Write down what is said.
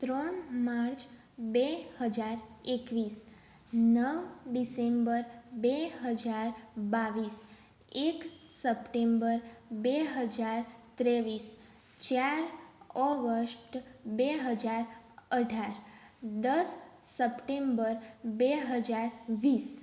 ત્રણ માર્ચ બે હજાર એકવીસ નવ ડિસેમ્બર બે હજાર બાવીસ એક સપ્ટેમ્બર બે હજાર ત્રેવીસ ચાર ઓગસ્ટ બે હજાર અઢાર દસ સપ્ટેમ્બર બે હજાર વીસ